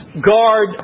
guard